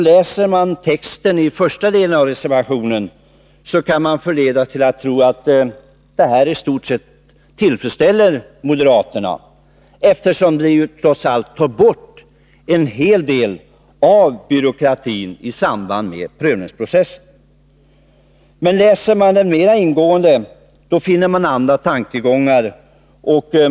Läser man texten i första delen av reservationen, kan man förledas att tro att det här i stort sett tillfredsställer moderaterna, eftersom det trots allt tar bort en hel del av byråkratin i samband med prövningsprocessen. Men läser man reservationen mer ingående finner man andra tankegångar.